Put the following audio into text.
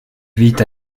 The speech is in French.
vit